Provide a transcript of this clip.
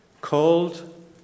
called